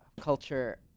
culture